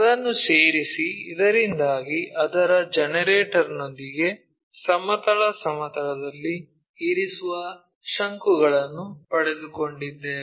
ಅದನ್ನು ಸೇರಿಸಿ ಇದರಿಂದಾಗಿ ಅದರ ಜನರೇಟರ್ನೊಂದಿಗೆ ಸಮತಲ ಸಮತಲದಲ್ಲಿ ಇರಿಸಿರುವ ಶಂಕುಗಳನ್ನು ಪಡೆದುಕೊಂಡಿದ್ದೇವೆ